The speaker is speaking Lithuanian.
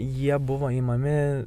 jie buvo imami